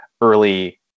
early